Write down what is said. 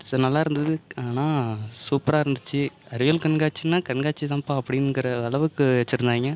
சரி நல்லா இருந்தது ஆனால் சூப்பராக இருந்துச்சு அறிவியல் கண்காட்சினா கண்காட்சி தான்ப்பா அப்படிங்கிற அளவுக்கு வச்சிருந்தாங்க